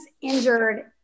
injured